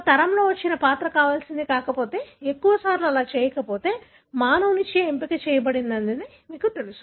ఒక తరంలో వచ్చిన పాత్ర కావాల్సినది కాకపోతే ఎక్కువసార్లు అలా చేయకపోతే మానవునిచే ఎంపిక చేయబడినది మీకు తెలుసు